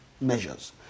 measures